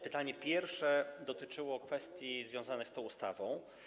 Pytanie pierwsze dotyczyło kwestii związanych z tą ustawą.